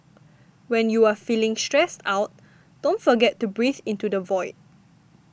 when you are feeling stressed out don't forget to breathe into the void